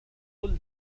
قلت